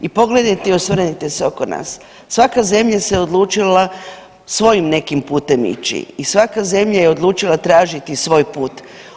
I pogledajte i osvrnite se oko nas, svaka zemlja se odlučila svojim nekim putem ići i svaka zemlja je odlučila tražiti svoj put.